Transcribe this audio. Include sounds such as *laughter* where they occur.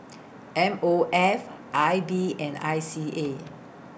*noise* M O F I B and I C A